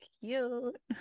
cute